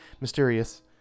Mysterious